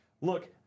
Look